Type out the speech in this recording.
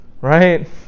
right